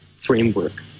framework